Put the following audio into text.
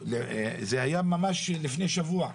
זה היה ממש לפני שבוע.